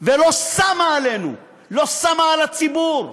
ולא שמה עלינו, לא שמה על הציבור.